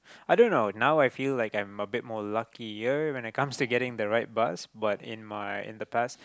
i don't know now I feel like I'm a bit more luckier when it comes to getting the right bus but in my in the past